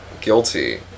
guilty